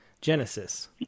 Genesis